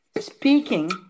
speaking